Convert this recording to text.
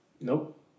Nope